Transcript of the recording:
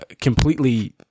completely